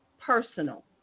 personal